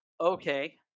okay